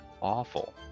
awful